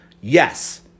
Yes